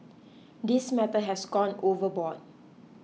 this matter has gone overboard